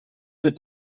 wird